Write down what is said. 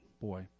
boy